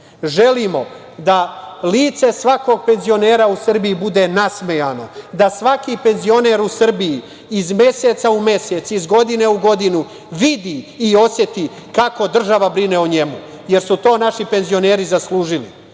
Srbiji. Želimo da lice svakog penzionera u Srbiji bude nasmejano, da svaki penzioner u Srbiji iz meseca u mesec, iz godine u godinu vidi i oseti kako država brine o njemu, jer su to naši penzioneri zaslužili,